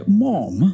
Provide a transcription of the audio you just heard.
mom